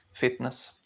fitness